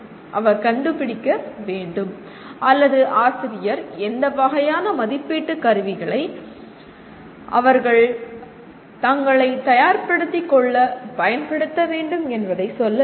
அவர் கண்டுபிடிக்க வேண்டும் அல்லது ஆசிரியர் எந்த வகையான மதிப்பீட்டு கருவிகளை அவர்கள் தங்களைத் தயார்படுத்திக் கொள்ள பயன்படுத்த வேண்டும் என்பதை சொல்ல வேண்டும்